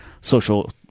social